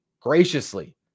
graciously